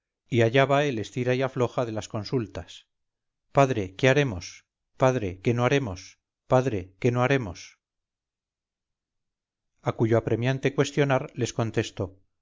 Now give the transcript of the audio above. y allá va el estira y afloja de las consultas padre qué haremos padre qué no haremos padre qué no haremos a cuyo apremiante cuestionar les contesto